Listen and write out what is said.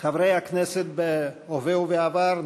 חברי הכנסת בהווה ובעבר,